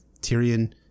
Tyrion